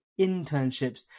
internships